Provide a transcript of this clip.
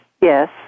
Yes